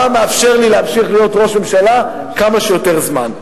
מה מאפשר לי להמשיך להיות ראש ממשלה כמה שיותר זמן.